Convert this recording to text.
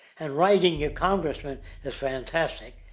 and writing your congressman is fantastic.